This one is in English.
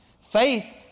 Faith